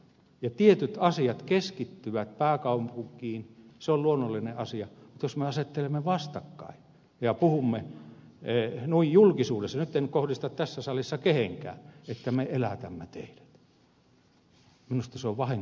ja tietyt asiat keskittyvät pääkaupunkiin se on luonnollinen asia mutta jos me asettelemme nämä vastakkain ja puhumme noin julkisuudessa nyt en kohdista tätä tässä salissa kehenkään että me elätämme teidät niin minusta se on vahingollista puhetta